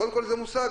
קודם כול זה מושג.